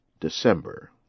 December